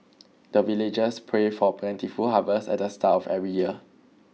the villagers pray for plentiful harvest at the start of every year